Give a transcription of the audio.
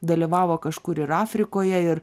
dalyvavo kažkur ir afrikoje ir